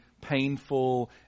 painful